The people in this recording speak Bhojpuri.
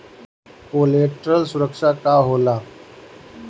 कोलेटरल सुरक्षा का होला?